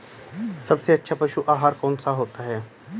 सबसे अच्छा पशु आहार कौन सा होता है?